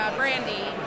brandy